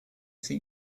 think